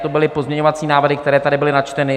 To byly pozměňovací návrhy, které tady byly načteny.